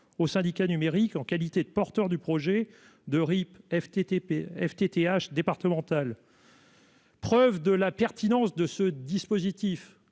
aux syndicats numérique en qualité de porteurs du projet de rip FTP FTTH départemental.-- Preuve de la pertinence de ce dispositif